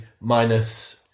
minus